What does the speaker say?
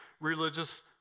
religious